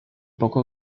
poco